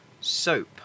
soap